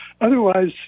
Otherwise